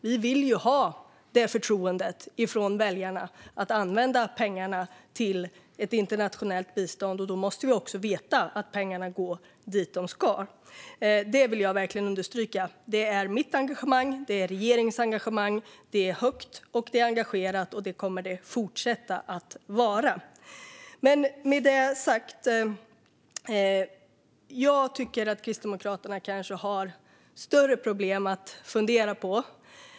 Vi vill ju ha förtroendet från väljarna att använda pengarna till ett internationellt bistånd, och då måste vi också veta att pengarna går dit de ska. Det vill jag verkligen understryka. Det är mitt engagemang, och det är regeringens engagemang. Vårt engagemang är högt, och det kommer det att fortsätta vara. Med det sagt tycker jag kanske att Kristdemokraterna har större problem att fundera på.